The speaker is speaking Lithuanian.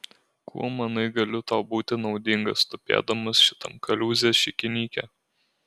kuo manai galiu tau būti naudingas tupėdamas šitam kaliūzės šikinyke